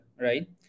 right